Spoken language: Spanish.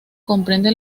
comprende